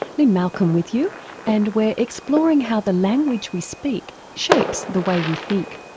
lynne malcolm with you and we're exploring how the language we speak shapes the way we think.